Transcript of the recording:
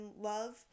love